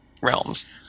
realms